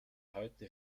heute